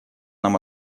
нам